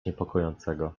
niepokojącego